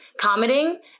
commenting